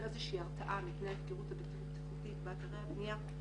הרתעה מפני ההפקרות הבלתי-בטיחותית באתרי הבנייה.